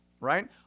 right